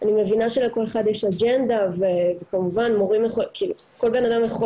אני מבינה שלכל אחד יש אג'נדה וכמובן כל בנאדם יכול